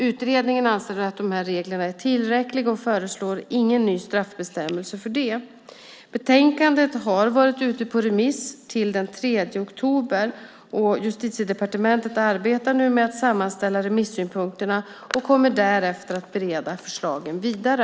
Utredningen anser att de här reglerna är tillräckliga och föreslår ingen ny straffbestämmelse för det. Betänkandet har varit ute på remiss till den 3 oktober. Justitiedepartementet arbetar nu med att sammanställa remissynpunkterna och kommer därefter att bereda förslagen vidare.